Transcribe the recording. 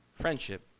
Friendship